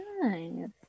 nice